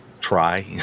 try